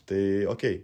tai okei